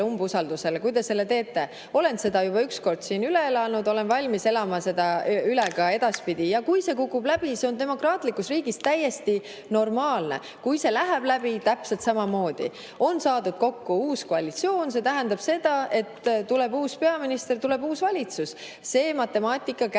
umbusaldusele, kui te selle teete. Olen seda juba üks kord siin üle elanud, olen valmis elama üle ka edaspidi. Kui see kukub läbi – see on demokraatlikus riigis täiesti normaalne. Kui see läheb läbi – täpselt samamoodi. On saadud kokku uus koalitsioon, see tähendab seda, et tuleb uus peaminister, tuleb uus valitsus. Matemaatika käib